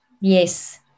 Yes